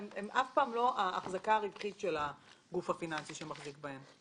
הן אף פעם לא ההחזקה הרווחית של הגוף הפיננסי שמחזיק בהן.